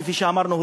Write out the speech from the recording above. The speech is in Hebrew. כפי שאמרנו,